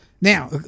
Now